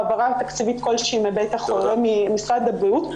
העברה תקציבית כלשהיא ממשרד הבריאות,